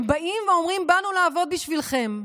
הם באים ואומרים: באנו לעבוד בשבילכם.